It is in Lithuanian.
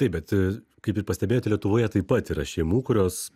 taip bet a kaip ir pastebėjote lietuvoje taip pat yra šeimų kurios